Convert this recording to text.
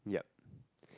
yup